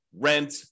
rent